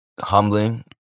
humbling